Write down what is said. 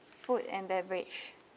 food and beverage